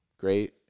great